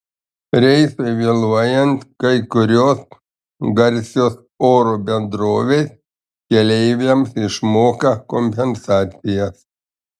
reisui vėluojant kai kurios garsios oro bendrovės keleiviams išmoka kompensacijas